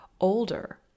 older